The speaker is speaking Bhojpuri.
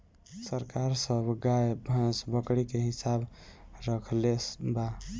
सरकार सब गाय, भैंस, बकरी के हिसाब रक्खले बा